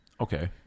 Okay